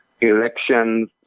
elections